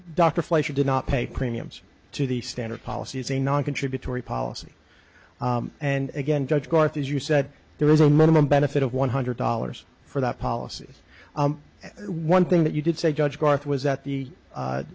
dr fleischer did not pay premiums to the standard policy is a noncontributory policy and again judge court as you said there is a minimum benefit of one hundred dollars for that policy one thing that you did say judge garth was that the